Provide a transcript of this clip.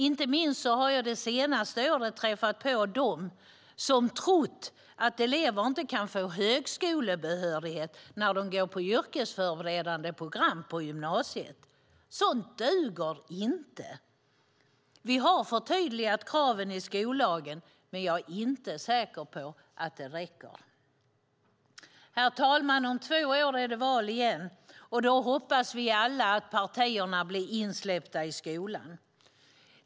Inte minst har jag det senaste året träffat på dem som trott att elever inte kan få högskolebehörighet när de går på de yrkesförberedande programmen i gymnasiet. Sådant duger inte! Vi har förtydligat kraven i skollagen, men jag är inte säker på att det räcker. Herr talman! Om två år är det val igen, och då hoppas vi alla att partierna blir insläppta i skolan.